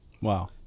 Wow